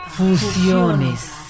Fusiones